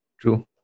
True